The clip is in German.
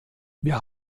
wir